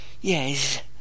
Yes